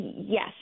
Yes